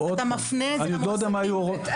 אתה מפנה את זה